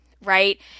right